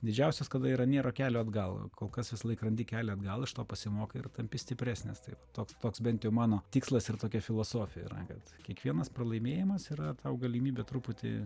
didžiausias kada yra nėra kelio atgal kol kas visąlaik randi kelią atgal iš to pasimokai ir tampi stipresnis taip toks toks bent jau mano tikslas ir tokia filosofija yra kad kiekvienas pralaimėjimas yra tau galimybė truputį